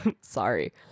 sorry